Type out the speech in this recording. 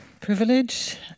privilege